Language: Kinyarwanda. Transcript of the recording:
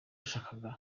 yashakaga